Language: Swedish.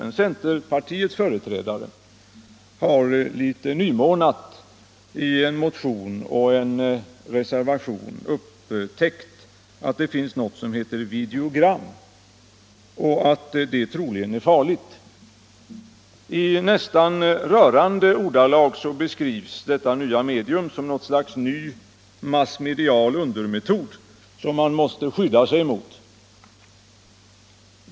Men centerpartiets företrädare har litet nymornat i en motion och en reservation upptäckt att det finns någonting som heter videogram och att det troligen är farligt. I nästan rörande ordalag beskrivs detta medium som något slags ny massmedial undermetod, som man måste skydda sig mot.